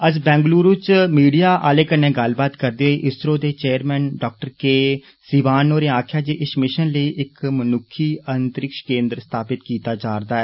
कल बंगलूरु च मीडिया आलें कन्नै गल्लबात करदे होई इसरो दे चेयरमैन डाक्टर के सीवान होरे आक्खेआ जे इस मिषन लेई इक मनुक्खी अंतरिक्ष केन्द्र स्थापित कीता जारदा ऐ